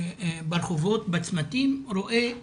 ברחובות, בצמתים, רואה ילדים,